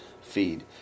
feed